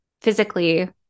physically